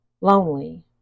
lonely